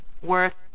worth